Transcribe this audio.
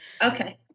Okay